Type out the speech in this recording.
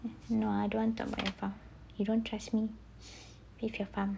no I don't want talk about your farm you don't trust me with your farm